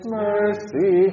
mercy